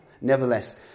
nevertheless